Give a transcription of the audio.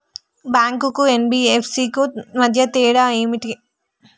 Bank కు NBFC కు మధ్య తేడా ఏమిటి?